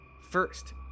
first